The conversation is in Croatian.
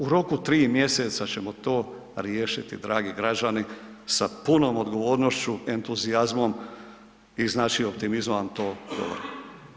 U roku 3 mjeseca ćemo to riješiti, dragi građani, sa punom odgovornošću, entuzijazmom i znači, optimizmom vam to govorim.